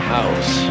House